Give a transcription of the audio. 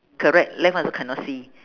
correct left one also cannot see